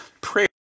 prayer